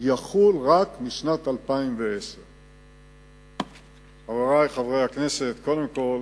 יחול רק משנת 2010. חברי חברי הכנסת, קודם כול